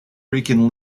rican